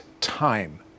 time